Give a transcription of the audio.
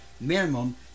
minimum